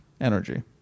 energy